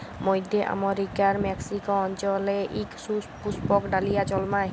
মইধ্য আমেরিকার মেক্সিক অল্চলে ইক সুপুস্পক ডালিয়া জল্মায়